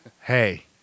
Hey